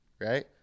Right